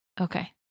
Okay